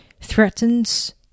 threatens